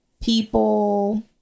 people